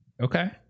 Okay